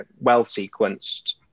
well-sequenced